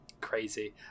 Crazy